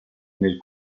nel